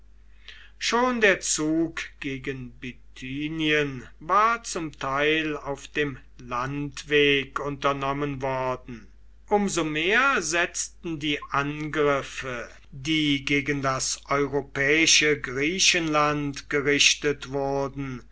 schon der zug gegen bithymen war zum teil auf dem landweg unternommen worden um so mehr setzten die angriffe die gegen das europäische griechenland gerichtet wurden